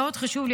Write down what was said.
מאוד חשוב לי,